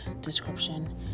description